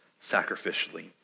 sacrificially